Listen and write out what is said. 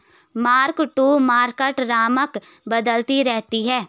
mark to market रकम बदलती रहती है